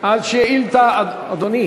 יודעת, אומר: